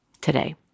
today